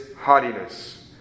haughtiness